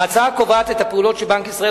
ההצעה קובעת את הפעולות שבנק ישראל